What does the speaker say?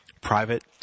private